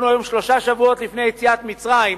אנחנו היום שלושה שבועות לפני יציאת מצרים,